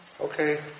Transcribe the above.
Okay